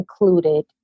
included